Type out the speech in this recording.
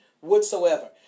whatsoever